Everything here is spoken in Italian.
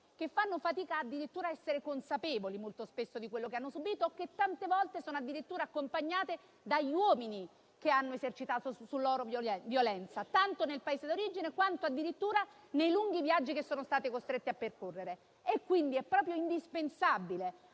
a raccontare o addirittura ad essere consapevoli di quello che hanno subito e che tante volte sono addirittura accompagnate dagli uomini che hanno esercitato su di loro violenza, tanto nel Paese d'origine, quanto nei lunghi viaggi che sono state costrette a percorrere. Quindi, è proprio indispensabile